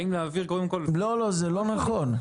לא, לא, זה לא נכון.